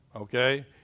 Okay